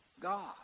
God